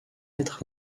être